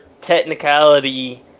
technicality